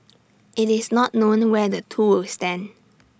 IT is not known where the two will stand